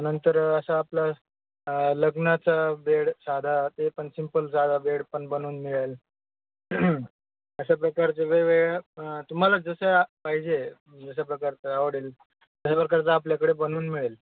नंतर असं आपलं लग्नाचा बेड साधा तेपण सिम्पल साधा बेड पण बनवून मिळेल अशा प्रकारचे वेगवेगळ्या तुम्हाला जसं पाहिजे जशा प्रकारचं आवडेल तशा प्रकारचे आपल्याकडे बनवून मिळेल